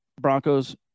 Broncos